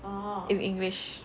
in english